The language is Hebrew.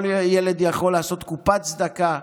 כל ילד יכול לעשות קופת צדקה,